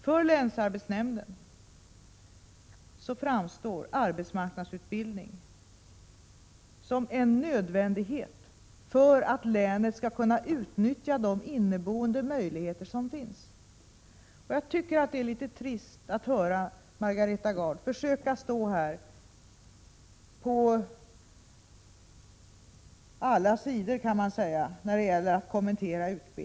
För länsarbetsnämnden framstår arbetsmarknadsutbildning som en nödvändighet för att länet skall kunna utnyttja de inneboende möjligheter som finns. Jag tycker att det är litet trist att Margareta Gard står här och försöker kommentera utbildningen från så att säga alla sidor.